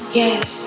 yes